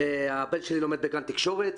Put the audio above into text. הבן שלי לומד בגן תקשורת,